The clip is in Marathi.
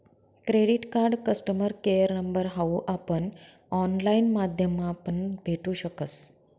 credit card customer care number हाऊ आपण ऑनलाईन माध्यमापण भेटू शकस